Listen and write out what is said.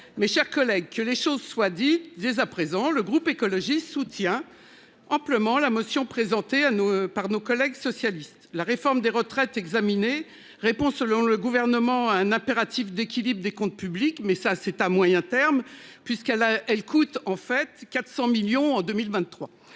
Mes chers collègues, que les choses soient dis dès à présent le groupe écologiste soutient amplement la motion présentée à nos par nos collègues socialistes, la réforme des retraites examiné répond selon le gouvernement. Un impératif d'équilibre des comptes publics, mais ça c'est à moyen terme puisqu'elle a, elle, coûte en fait 400 millions en 2023.